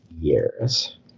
years